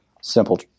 simple